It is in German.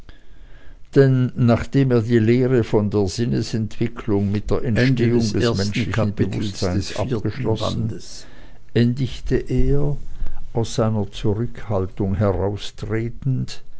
denn nachdem er die lehre von der sinnesentwicklung mit der entstehung des menschlichen bewußtseins abgeschlossen endigte er aus seiner zurückhaltung heraustretend